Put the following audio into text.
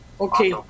Okay